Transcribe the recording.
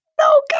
no